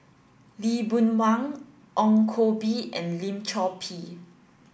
Lee Boon Wang Ong Koh Bee and Lim Chor Pee